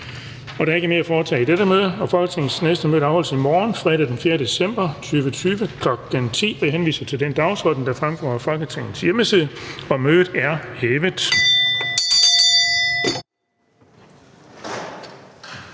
Der er ikke mere at foretage i dette møde. Folketingets næste møde afholdes i morgen, fredag den 4. december 2020, kl. 10.00. Jeg henviser til den dagsorden, der fremgår af Folketingets hjemmeside. Mødet er hævet.